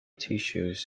tissues